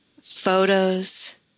photos